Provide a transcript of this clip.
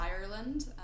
Ireland